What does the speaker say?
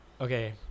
Okay